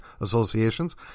associations